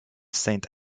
saint